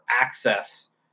access